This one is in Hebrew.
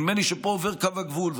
נדמה לי שפה עובר קו הגבול,